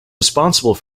responsible